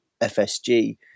FSG